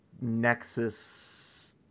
Nexus